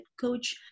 coach